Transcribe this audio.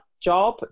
job